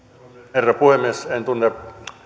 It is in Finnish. herra puhemies en tunne